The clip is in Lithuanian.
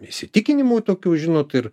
įsitikinimų tokių žinot ir